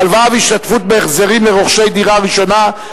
הלוואה והשתתפות בהחזרים לרוכשי דירה ראשונה),